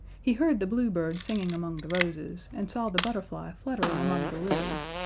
he heard the blue bird singing among the roses and saw the butterfly fluttering among the lilies,